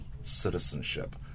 citizenship